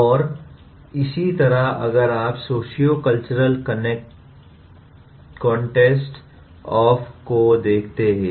और इसी तरह अगर आप सोसिओ कल्चरल कॉन्टेक्स्ट ऑफ़ को देखते हैं